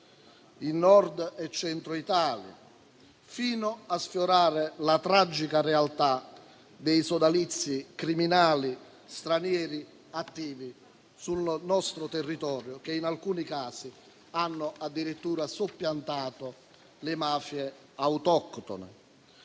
in Nord e Centro Italia, fino a sfiorare la tragica realtà dei sodalizi criminali stranieri attivi sul nostro territorio, che in alcuni casi hanno addirittura soppiantato le mafie autoctone.